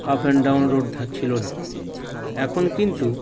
up and down road থা ছিলো না এখন কিন্তু